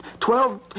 Twelve